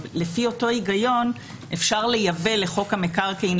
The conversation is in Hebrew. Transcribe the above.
לפי אותו היגיון אפשר לייבא לחוק המקרקעין,